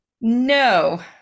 No